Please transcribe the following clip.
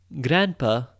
Grandpa